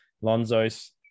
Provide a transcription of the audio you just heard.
Lonzo's